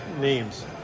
names